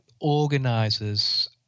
organisers